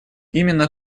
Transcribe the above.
именно